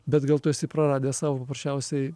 bet gal tu esi praradęs savo prasčiausiai